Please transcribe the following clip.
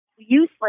Useless